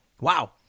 Wow